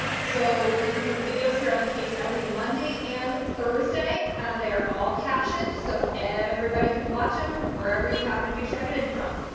so we do videos here on the page every monday and thursday, and they are all captioned, so everybody can watch them wherever you happen to be checking in from.